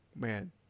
Man